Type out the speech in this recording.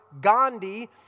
Gandhi